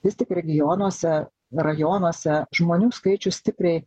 vis tik regionuose rajonuose žmonių skaičius stipriai